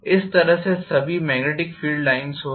इस तरह से सभी मेग्नेटिक फील्ड लाइन्स होंगी